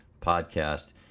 podcast